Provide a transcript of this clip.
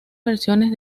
versiones